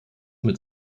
mit